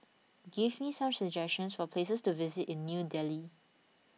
give me some suggestions for places to visit in New Delhi